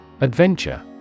Adventure